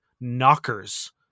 knockers